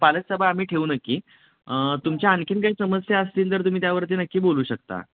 पालकसभा आम्ही ठेवू नक्की तुमच्या आणखी काही समस्या असतील तर तुम्ही त्यावरती नक्की बोलू शकता